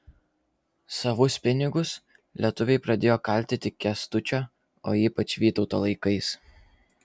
savus pinigus lietuviai pradėjo kalti tik kęstučio o ypač vytauto laikais